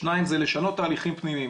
השני זה לשנות תהליכים פנימיים.